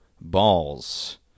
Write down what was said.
balls